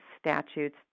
statutes